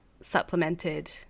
supplemented